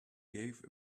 gave